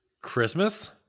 Christmas